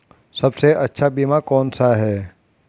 सबसे अच्छा बीमा कौन सा है?